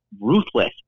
ruthless